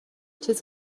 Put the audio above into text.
چیزی